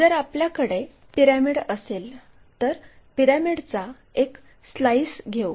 जर आपल्याकडे पिरॅमिड असेल तर पिरॅमिडचा एक स्लाइस घेऊ